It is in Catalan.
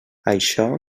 això